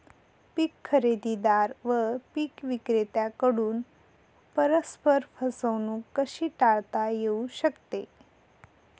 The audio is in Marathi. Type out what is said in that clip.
पीक खरेदीदार व पीक विक्रेत्यांकडून परस्पर फसवणूक कशी टाळता येऊ शकते?